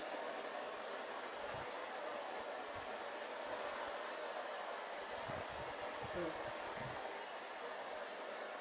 mm